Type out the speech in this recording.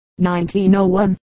1901